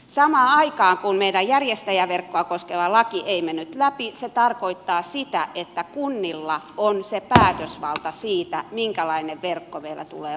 samaan aikaan kun meidän järjestäjäverkkoa koskeva laki ei mennyt läpi se tarkoittaa sitä että kunnilla on se päätösvalta siitä minkälainen verkko meillä tulee olemaan